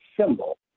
symbol